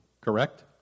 Correct